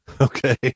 okay